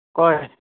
ᱚᱠᱚᱭ